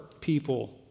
people